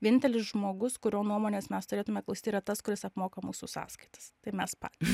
vienintelis žmogus kurio nuomonės mes turėtume klausyti tai yra tas kuris apmoka mūsų sąskaitas tai mes paty